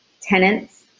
tenants